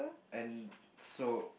and so